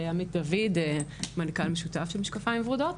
עמית דוד הוא מנכ"ל משותף של משקפיים ורודות.